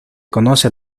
conoce